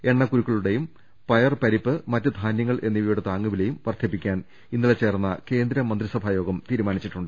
എണ്ണ ക്കുരുക്കളുടെയും പയർ പരിപ്പ് മറ്റ് ധാന്യങ്ങൾ എന്നിവയുടെ താങ്ങുവിലയും വർദ്ധിപ്പിക്കാൻ ഇന്നലെ ചേർന്ന കേന്ദ്ര മ ന്ത്രിസഭായോഗം തീരുമാനിച്ചു